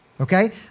okay